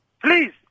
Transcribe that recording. Please